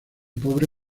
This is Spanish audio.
pobre